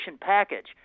package